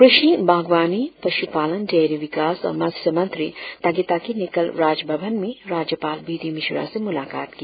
कृषि बाग़वानी पश् पालन डेयरी विकास और मत्स्य मंत्री तागे ताकी ने कल राजभवन में राज्यपाल बी डी मिश्रा से मुलाकात की